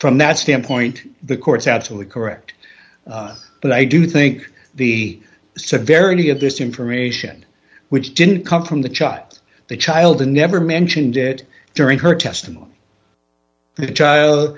from that standpoint the court's absolutely correct but i do think the severity of this information which didn't come from the child the child and never mentioned it during her testimony